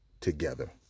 together